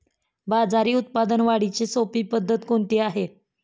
बाजरी उत्पादन वाढीची सोपी पद्धत कोणती आहे?